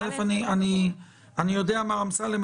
אני יודע מר אמסלם,